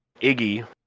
Iggy